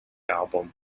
album